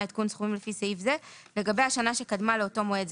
עדכון סכומים לפי סעיף זה לגבי השנה שקדמה לאותו מועד.